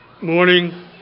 morning